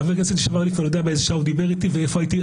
חבר הכנסת יודע באיזה שעה הוא דיבר אתי ואיפה הייתי.